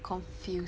confused